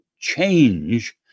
change